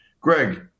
Greg